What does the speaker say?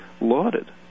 lauded